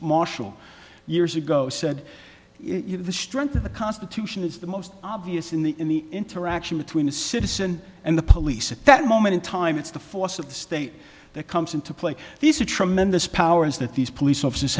marshall years ago said you know the strength of the constitution is the most obvious in the interaction between the citizen and the police at that moment in time it's the force of the state that comes into play these are tremendous powers that these police officers